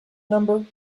number